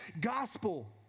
gospel